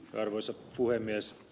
arvoisa puhemies